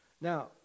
Now